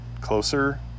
closer